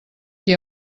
qui